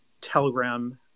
Telegram